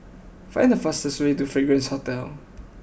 find the fastest way to Fragrance Hotel